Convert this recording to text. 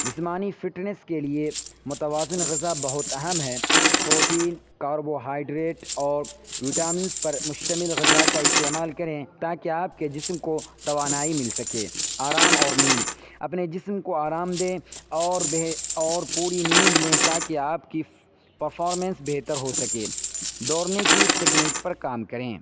جسمانی فٹنیس کے لیے متوازن غذا بہت اہم ہے پروٹین کاربوہائیڈریٹ اور وٹامنس پر مشتمل غذا کا استعمال کریں تاکہ آپ کے جسم کو توانائی مل سکے آرام اور نیند اپنے جسم کو آرام دیں اور اور پوری نیند لیں تاکہ آپ کی پرفارمنس بہتر ہو سکے دورنے کی تیکنیک پر کام کریں